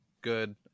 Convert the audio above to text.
good